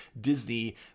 disney